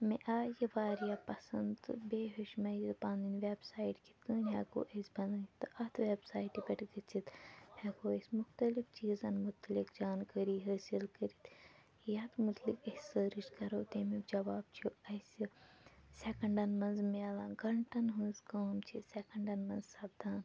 مےٚ آیہِ یہِ واریاہ پَسنٛد تہٕ بیٚیہِ ہیٛوچھ مےٚ یہِ پَنٕنۍ ویٚب سایٹ کِتھ کٔنۍ ہیٚکو أسۍ بَنٲیِتھ تہٕ اَتھ ویٚب سایٹہِ پٮ۪ٹھ گٔژھِتھ ہیٚکو أسۍ مختلف چیٖزَن متعلق جانکٲری حٲصِل کٔرِتھ یَتھ متعلق أسۍ سٔرٕچ کَرو تمیٛک جواب چھُ اسہِ سیٚکنڈَن منٛز میلان گھنٹَن ہنٛز کٲم چھِ أسۍ سیٚکنڈَن منٛز سَپدان